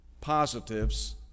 positives